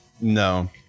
No